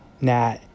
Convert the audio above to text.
Nat